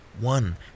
one